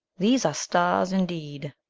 these are starres indeed,